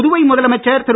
புதுவை முதலமைச்சர் திரு